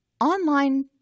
online